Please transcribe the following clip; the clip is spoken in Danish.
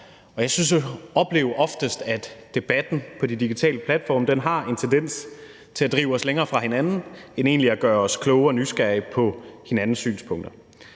jeg oplever, at debatten på de digitale platforme har en tendens til at drive os længere fra hinanden end egentlig at gøre os klogere og mere nysgerrige på hinandens synspunkter.